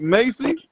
Macy